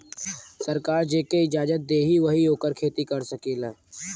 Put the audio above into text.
सरकार जेके इजाजत देई वही ओकर खेती कर सकेला